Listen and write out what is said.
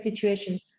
situation